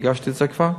הגשתי את זה כבר.